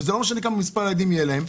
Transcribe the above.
וזה לא משנה כמה ילדים יהיו להם.